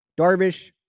Darvish